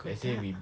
kalau tak